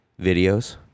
videos